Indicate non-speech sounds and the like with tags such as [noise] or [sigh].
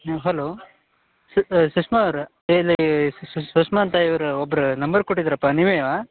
ಹಾಂ ಹಲೋ ಸುಷ್ಮಾ ಅವರಾ [unintelligible] ಇಲ್ಲಿ ಸುಷ್ಮಾ ಅಂತ ಇವ್ರು ಒಬ್ರು ನಂಬರ್ ಕೊಟ್ಟಿದ್ರಪ್ಪ ನಿವೇಯಾ